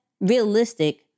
realistic